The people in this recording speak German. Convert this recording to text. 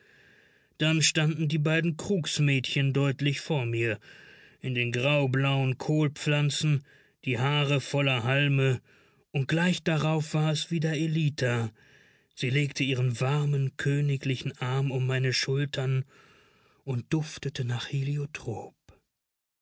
dann standen die beiden krugsmädchen deutlich vor mir in den graublauen kohlpflanzen die haare voller halme und gleich darauf war es wieder ellita sie legte ihren warmen königlichen arm um meine schultern und duftete nach heliotrop